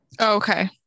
okay